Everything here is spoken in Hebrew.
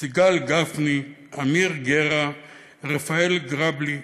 סיגל גפני, אמיר גרא, רפאל גרבלי,